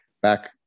back